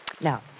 Now